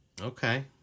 Okay